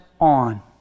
on